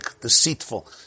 deceitful